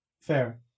Fair